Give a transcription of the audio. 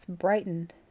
brightened